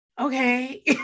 okay